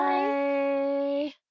Bye